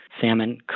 salmon